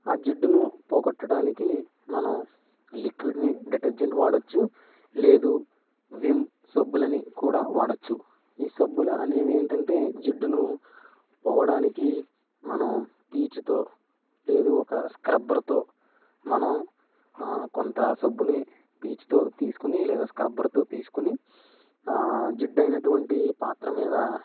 ఆ జిడ్డును పోగొట్టడానికి మనం లిక్విడ్ని డిటర్జెంట్ వాడొచ్చు లేదు విమ్ సబ్బులని కూడా వాడొచ్చు ఈ సబ్బుల అనేవి ఏంటంటే జిడ్డును పోవడానికి మనం పీచుతో లేదు ఒక స్క్రబ్బర్తో మనం కొంత సబ్బుని పీచుతో తీసుకుని లేదా స్క్రబ్బర్తో తీసుకొని జిడ్డు అయినటువంటి పాత్ర మీద